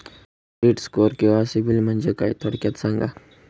Credit score किंवा CIBIL म्हणजे काय? थोडक्यात सांगा